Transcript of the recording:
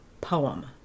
poem